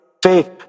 Faith